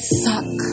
suck